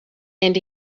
and